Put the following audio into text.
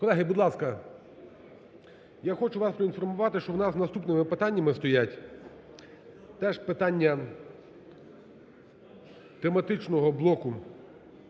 Колеги, будь ласка , я хочу вас проінформувати, що у нас наступними питаннями стоять теж питання тематичного блоку